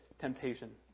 temptation